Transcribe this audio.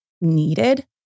needed